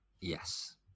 Yes